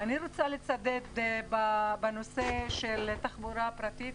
אני רוצה לצדד בנושא של תחבורה פרטית,